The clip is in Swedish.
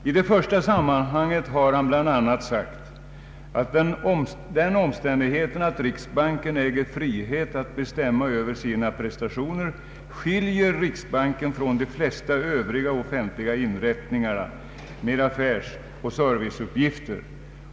I det första sammanhanget har han bl.a. sagt att den omständigheten att riksbanken äger frihet att bestämma över sina prestationer skiljer riksbanken från de flesta övriga offentliga inrättningar med affärsoch serviceuppgifter.